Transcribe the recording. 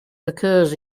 occurs